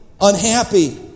unhappy